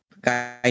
guy